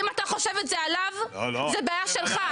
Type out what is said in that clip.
אם אתה חושב את זה עליו זו בעיה שלך.